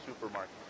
supermarket